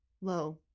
low